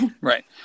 right